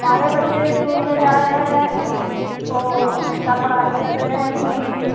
हमारे बच्चे स्कूल में जा रहे हैं तो अच्छा पढ़ाई कर रहे हैं कि नहीं